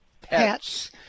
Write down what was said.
Pets